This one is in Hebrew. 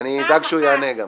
-- אני אדאג גם שהוא יענה השבוע.